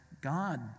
God